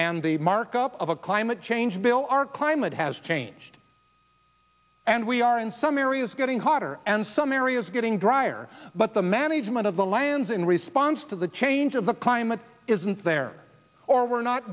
and the markup of a climate change bill our climate has changed and we are in some areas getting hotter and some areas getting drier but the management of the lands in response to the change of the climate isn't there or we're not